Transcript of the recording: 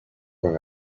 con